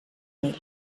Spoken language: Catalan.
mil